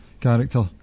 character